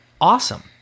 awesome